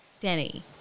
Denny